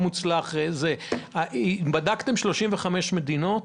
בדקתם 35 מדינות,